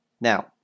Now